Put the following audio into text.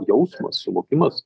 jausmas suvokimas